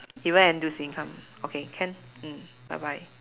even N_T_U_C income okay can mm bye bye